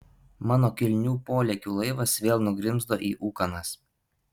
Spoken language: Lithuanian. mano kilnių polėkių laivas vėl nugrimzdo į ūkanas